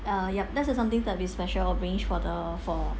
uh yup that's the something that we special arrange for the for